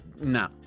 No